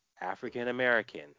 african-american